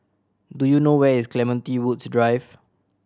do you know where is Clementi Woods Drive